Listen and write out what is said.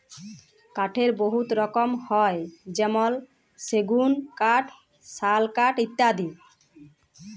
কাঠের বহুত রকম হ্যয় যেমল সেগুল কাঠ, শাল কাঠ ইত্যাদি